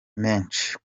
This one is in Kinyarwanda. menshi